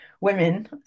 women